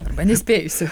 arba nespėjusiu